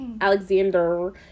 Alexander